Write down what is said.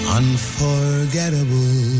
unforgettable